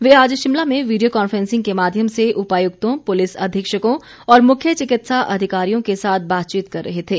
वे आज शिमला में video conferencing के माध्यम से उपायुक्तों प्लिस अधीक्षकों और मुख्य चिकित्सा अधिकारियों के साथ बातचीत कर रहे थे